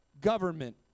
government